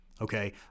okay